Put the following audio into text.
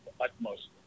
utmost